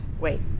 Wait